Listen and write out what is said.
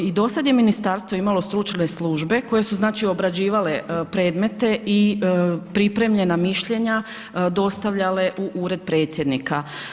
I do sad je ministarstvo imalo stručne službe koje su znači obrađivale predmete i pripremljena mišljenja dostavljale u Ured Predsjednika.